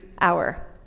hour